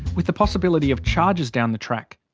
with the possibility of charges down the track.